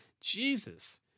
Jesus